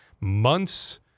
months